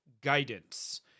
guidance